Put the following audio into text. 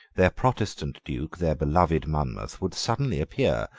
their protestant duke, their beloved monmouth, would suddenly appear,